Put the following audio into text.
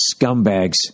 scumbags